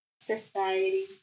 Society